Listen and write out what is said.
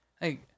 Hey